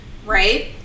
right